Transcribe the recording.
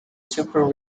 super